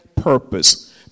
purpose